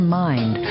mind